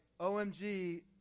omg